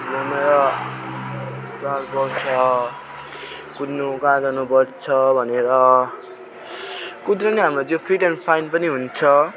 घुमेर साह्रो गल्छ कुद्नु कहाँ जानु पर्छ भनेर कुद्नु नै हाम्रो जिउ फिट एन्ड फाइन पनि हुन्छ